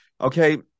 Okay